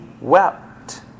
wept